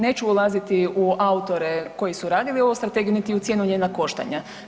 Neću ulaziti u autore koji su radili ovu Strategiju, niti u cijenu njena koštanja.